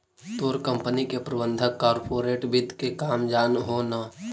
तोर कंपनी के प्रबंधक कॉर्पोरेट वित्त के काम जान हो न